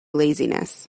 laziness